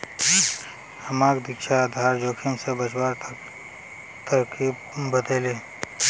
हमाक दीक्षा आधार जोखिम स बचवार तरकीब बतइ ले